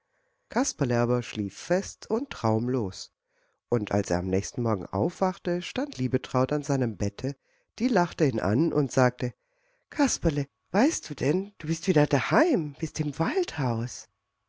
kasperle aber schlief fest und traumlos und als er am nächsten morgen aufwachte stand liebetraut an seinem bette die lachte ihn an und sagte kasperle weißt du es denn du bist wieder daheim bist im waldhaus